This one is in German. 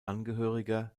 angehöriger